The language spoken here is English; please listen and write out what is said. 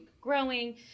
growing